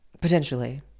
potentially